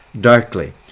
darkly